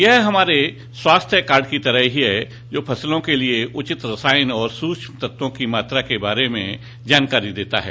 यह हमारे स्वास्थ्य कार्ड की तरह ही है जो कि फसलों के लिये उचित रसायन और सूक्ष्म तत्वों की मात्रा के बारे में जानकारी देता है